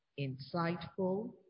insightful